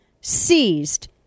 seized